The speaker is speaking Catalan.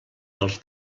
dels